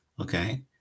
okay